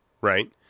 Right